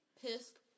pissed